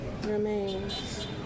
remains